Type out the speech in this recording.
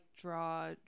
draw